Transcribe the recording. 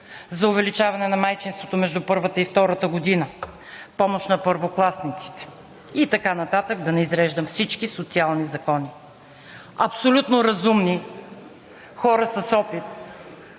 за увеличаване на майчинството между първата и втората година, помощ на първокласниците и така нататък – да не изреждам всички социални закони. Абсолютно разумни, хора с опит,